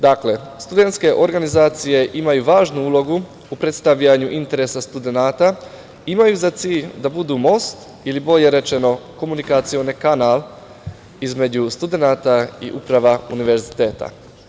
Dakle, studentske organizacije imaju važnu ulogu u predstavljanju interesa studenata, imaju za cilj da budu most ili bolje rečeno komunikacioni kanal između studenata i uprava univerziteta.